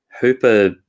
hooper